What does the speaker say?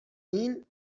این